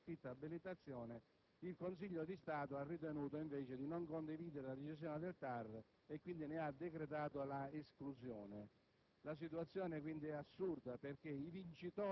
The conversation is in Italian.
l'ottenimento della prescritta abilitazione. Anzi, il TAR ha riconosciuto questo diritto e li ha ammessi con riserva. Questi laureati hanno sostenuto il concorso,